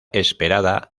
esperada